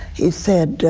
he said,